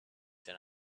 then